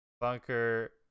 bunker